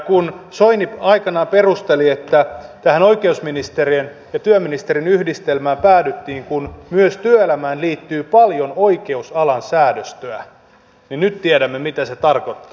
kun soini aikanaan perusteli että tähän oikeusministeriön ja työministeriön yhdistelmään päädyttiin kun myös työelämään liittyy paljon oikeusalan säädöstöä niin nyt tiedämme mitä se tarkoittaa